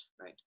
right